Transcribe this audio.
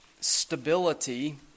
stability